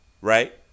right